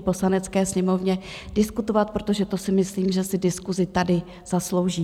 Poslanecké sněmovny diskutovat, protože to si myslím, že si diskusi tady zaslouží.